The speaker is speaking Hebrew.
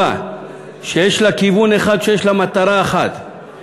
ברורה, שיש לה כיוון אחד, שיש לה מטרה אחת: